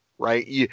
right